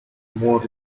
more